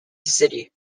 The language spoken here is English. city